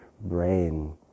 brain